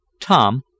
Tom